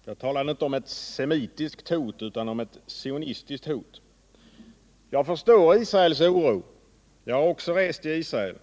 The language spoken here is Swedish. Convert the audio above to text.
Herr talman! Jag talade inte om ett semitiskt hot utan om ett sionistiskt hot. Jag förstår Israels oro . Även jag har rest i Israel.